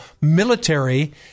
military